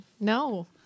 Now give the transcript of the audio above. No